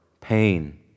pain